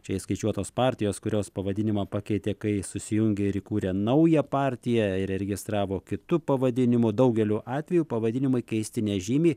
čia įskaičiuotos partijos kurios pavadinimą pakeitė kai susijungė ir įkūrė naują partiją ir įregistravo kitu pavadinimu daugeliu atvejų pavadinimai keisti nežymiai